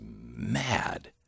mad